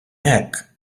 hekk